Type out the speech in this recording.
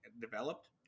developed